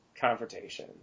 confrontation